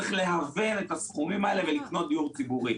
צריך להוון את הסכומים האלה ולקנות דיור ציבורי.